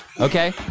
Okay